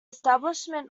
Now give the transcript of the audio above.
establishment